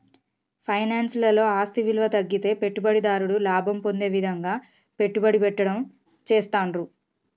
finance లలో ఆస్తి విలువ తగ్గితే పెట్టుబడిదారుడు లాభం పొందే విధంగా పెట్టుబడి పెట్టడం చేస్తాండ్రు